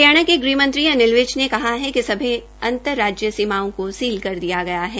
हरियाणा के गृह मंत्री अनिल वि ने कहा कि सभी राज्यीय सीमाओं को सील कर दिया गया है